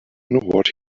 what